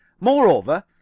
Moreover